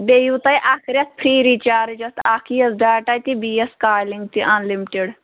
بیٚیہِ یِیِو تۄہہِ اَکھ رٮ۪تھ فرٛی رِچارٕج اَتھ اکھ یِیَس ڈاٹا تہِ بیٚیہِ ییٚس کالِنٛگ تہِ اَن لِمٹِڈ